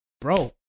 Bro